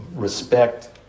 Respect